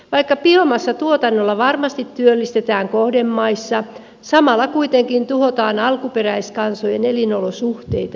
vaikka biomassatuotannolla varmasti työllistetään kohdemaissa samalla kuitenkin tuhotaan alkuperäiskansojen elinolosuhteita ja tilaa